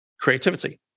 Creativity